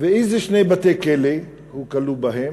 ואיזה שני בתי-כלא, הוא כלוא בהם?